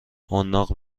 حناق